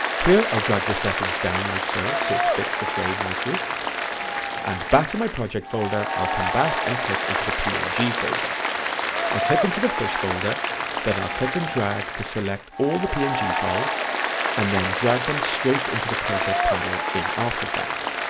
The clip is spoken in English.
here i'll drag the settings down like so, so it fits the frame nicely and back in my project folder i'll come back and click into the png folder i'll click into the fish folder then i'll click and drag to select all the png files and then drag them straight into the project panel in after effects.